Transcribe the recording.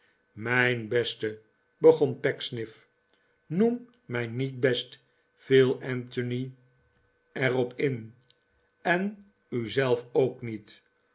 mijn beste begon pecksniff noem mij niet best viel anthony er op in en u zelf ook niet